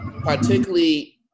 particularly